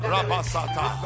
Rabasata